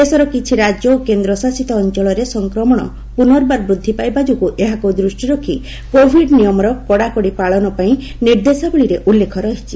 ଦେଶର କିଛି ରାଜ୍ୟ ଓ କେନ୍ଦ୍ରଶାସିତ ଅଞ୍ଚଳରେ ସଂକ୍ରମଣ ପୁନର୍ବାର ବୃଦ୍ଧି ପାଇବା ଯୋଗୁଁ ଏହାକୁ ଦୃଷ୍ଟିରେ ରଖି କୋଭିଡ୍ ନିୟମର କଡ଼ାକଡ଼ି ପାଳନ ପାଇଁ ନିର୍ଦ୍ଦେଶାବଳୀରେ ଉଲ୍ଲେଖ ରହିଛି